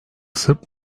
sırp